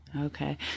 okay